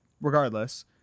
Regardless